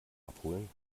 abholen